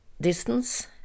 distance